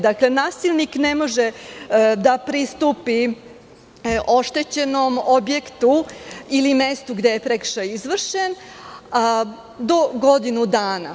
Dakle, nasilnik ne može da pristupi oštećenom objektu ili mestu gde je prekršaj izvršen do godinu dana.